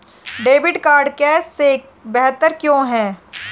Debit card cash से बेहतर क्यों है?